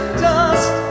dust